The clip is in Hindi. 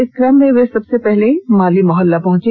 इस क्रम में वे सबसे पहले माली मोहल्ला पहुंचे